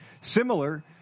similar